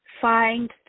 find